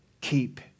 Keep